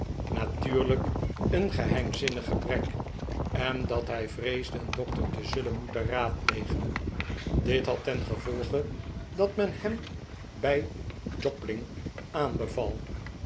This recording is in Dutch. natuurlijk een geheimzinnig gebrek en dat hij vreesde een dokter te zullen moeten raadplegen dit had tengevolge dat men hem bij jobling aanbeval